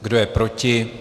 Kdo je proti?